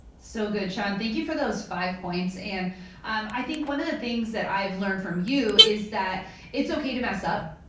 so good sean, thank you for those five points. and i think one of the things that i've learned from you is that it's okay to mess up.